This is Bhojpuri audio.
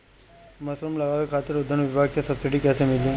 मशरूम लगावे खातिर उद्यान विभाग से सब्सिडी कैसे मिली?